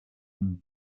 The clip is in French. d’une